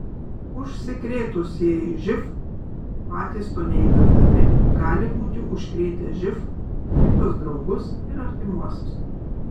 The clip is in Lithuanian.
užsikrėtusieji živ patys to neįtardami gali būti užkrėtę živ kitus draugus ir artimuosius